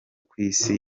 kwisi